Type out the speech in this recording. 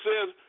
says